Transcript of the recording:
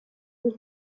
del